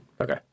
okay